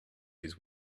his